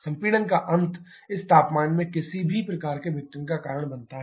संपीड़न का अंत इस तापमान में किसी भी प्रकार के विघटन का कारण बनता है